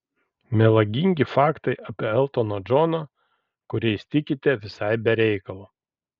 melagingi faktai apie eltoną džoną kuriais tikite visai be reikalo